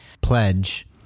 pledge